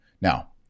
Now